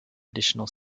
additional